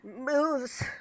moves